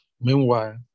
Meanwhile